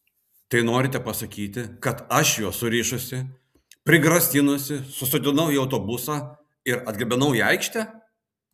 tai norite pasakyti kad aš juos surišusi prigrasinusi susodinau į autobusą ir atgabenau į aikštę